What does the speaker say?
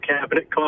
cabinet